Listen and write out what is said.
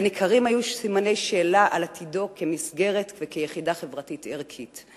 וניכרים היו סימני שאלה על עתידו כמסגרת וכיחידה חברתית ערכית.